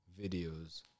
videos